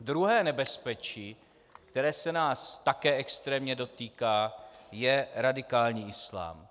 Druhé nebezpečí, které se nás také extrémně dotýká, je radikální islám.